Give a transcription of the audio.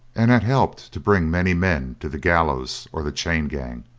and had helped to bring many men to the gallows or the chain-gang.